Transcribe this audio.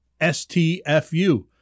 STFU